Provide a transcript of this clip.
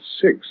six